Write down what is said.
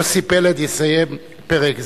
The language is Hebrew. יוסי פלד יסיים פרק זה.